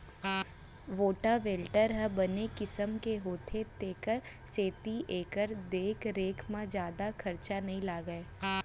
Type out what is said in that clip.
rotavator ह बने किसम के होथे तेकर सेती एकर देख रेख म जादा खरचा नइ लागय